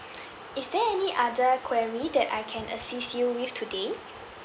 is there any other query that I can assist you with today